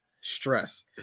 stress